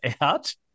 out